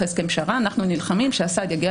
אחרי הסכם פשרה אנחנו נלחמים שהסעד יגיע